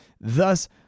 Thus